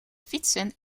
fietsen